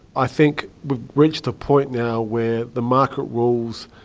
i think we've reached a point now where the market rules,